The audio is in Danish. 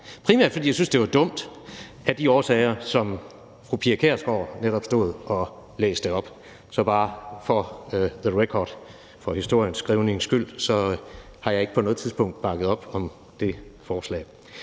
primært fordi jeg synes, det var dumt af de årsager, som fru Pia Kjærsgaard netop stod og læste op. Så bare for historieskrivningens skyld har jeg ikke på noget tidspunkt bakket op om det forslag.